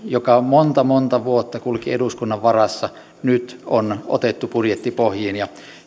joka monta monta vuotta kulki eduskunnan varassa nyt on otettu budjettipohjiin ja